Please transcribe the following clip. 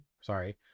sorry